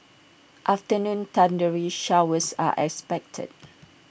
afternoon thundery showers are expected